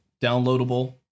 downloadable